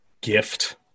gift